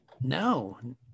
No